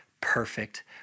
perfect